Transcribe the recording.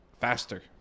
Faster